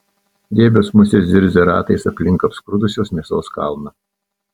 riebios musės zirzia ratais aplink apskrudusios mėsos kalną